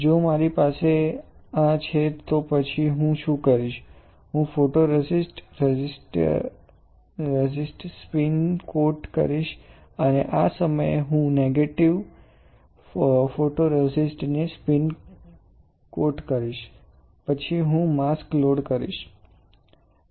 જો મારી પાસે આ છે તો પછી હું શું કરીશ હું ફોટોરેઝિસ્ટ રેઝિસ્ટને સ્પિન કોટ કરીશ અને આ સમયે હું નેગેટિવ ફોટોરેઝિસ્ટ ને સ્પિન કોટ કરીશ પછી હું માસ્ક લોડ કરીશ